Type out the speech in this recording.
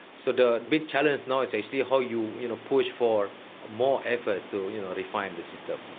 so the big challenge now is actually how you you know push for more efforts to refine the system.